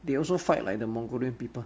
they also fight like the mongolian people